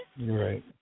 right